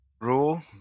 rule